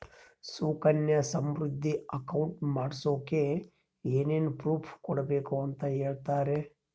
Sukanya Samriddhi account ಮಾಡಿಸೋಕೆ ಏನೇನು proof ಕೊಡಬೇಕು ಅಂತ ಹೇಳ್ತೇರಾ?